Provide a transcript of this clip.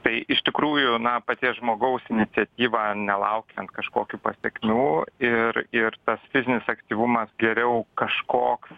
tai iš tikrųjų na paties žmogaus iniciatyva nelaukiant kažkokių pasekmių ir ir tas fizinis aktyvumas geriau kažkoks